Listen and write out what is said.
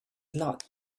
not